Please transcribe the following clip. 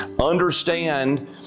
understand